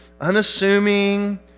unassuming